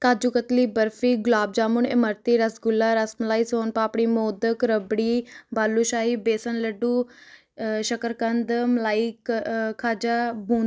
ਕਾਜੂ katli barfi gulab jamun imarti rasgulla rasmalai son papdi modak rabri balushahi besan laddoo shakarkand malai khaja ਬੂੰ